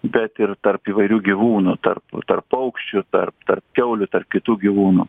bet ir tarp įvairių gyvūnų tarp tarp paukščių tarp tarp kiaulių tarp kitų gyvūnų